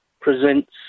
presents